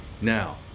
Now